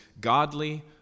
godly